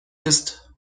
ist